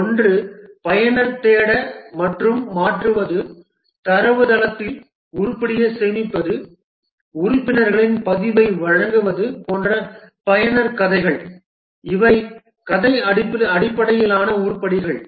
ஒன்று பயனர் தேட மற்றும் மாற்றுவது தரவுத்தளத்தில் உருப்படியை சேமிப்பது உறுப்பினர்களின் பதிவை வழங்குவது போன்ற பயனர் கதைகள் இவை கதை அடிப்படையிலான உருப்படிகள்